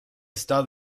está